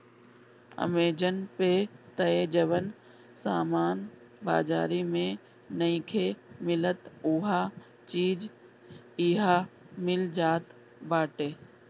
Amazon पे तअ जवन सामान बाजारी में नइखे मिलत उहो चीज इहा मिल जात बाटे